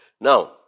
Now